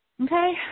Okay